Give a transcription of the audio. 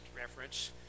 reference